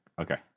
Okay